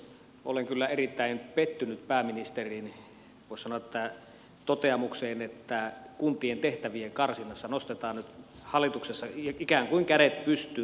olen kyllä erittäin pettynyt pääministerin voisi sanoa toteamukseen että kuntien tehtävien karsinnassa nostetaan nyt hallituksessa ikään kuin kädet pystyyn